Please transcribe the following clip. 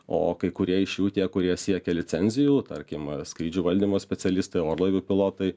o kai kurie iš jų tie kurie siekia licenzijų tarkim skrydžių valdymo specialistai orlaivių pilotai